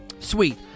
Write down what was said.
Sweet